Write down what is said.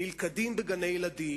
נלכדים בגני-ילדים,